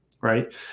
right